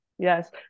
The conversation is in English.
Yes